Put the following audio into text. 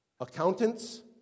accountants